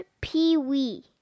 Pee-wee